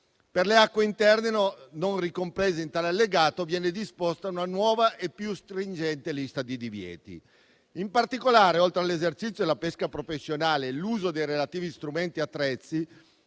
Per le acque interne non ricomprese in tale allegato viene disposta una nuova e più stringente lista di divieti. In particolare, oltre all'esercizio della pesca professionale e all'uso dei relativi strumenti e attrezzi,